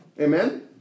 Amen